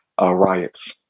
riots